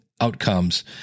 outcomes